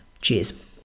Cheers